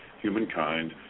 humankind